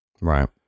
Right